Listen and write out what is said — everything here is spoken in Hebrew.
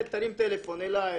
תרים טלפון אלי,